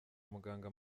muganga